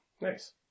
Nice